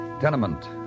Tenement